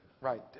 Right